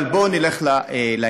אבל בואו נלך לעניין.